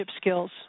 skills